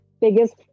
biggest